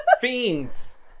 Fiends